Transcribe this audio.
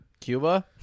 Cuba